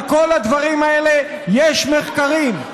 על כל הדברים האלה יש מחקרים.